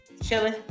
Chilling